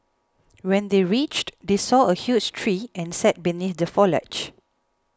when they reached they saw a huge tree and sat beneath the foliage